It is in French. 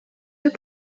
deux